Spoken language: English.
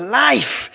life